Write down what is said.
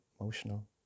emotional